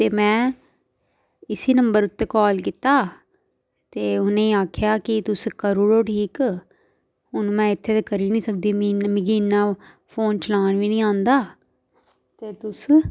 ते में इसी नंबर उत्ते काल कीता ते उनें गी आखेआ कि तुस करू उड़ो ठीक हून में इत्थें ते करी नी सकदी मि इन्ना मिगी इन्ना फोन चलान बी नी आंदा ते तुस